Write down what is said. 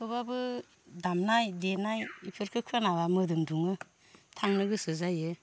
थेवब्लाबो दामनाय देनाय इफोरखो खोनाब्ला मोदोम दुङो थांनो गोसो जायो